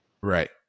right